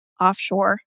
offshore